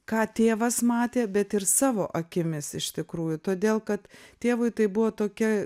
ką tėvas matė bet ir savo akimis iš tikrųjų todėl kad tėvui tai buvo tokia